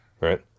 right